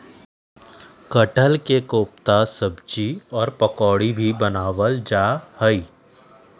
कटहल के कोफ्ता सब्जी और पकौड़ी भी बनावल जा हई